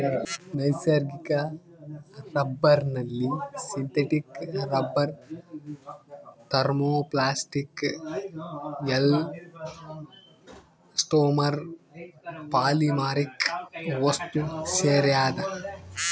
ನೈಸರ್ಗಿಕ ರಬ್ಬರ್ನಲ್ಲಿ synthetic rubber thermoplastic elastomer polymeric ವಸ್ತುಸೇರ್ಯಾವ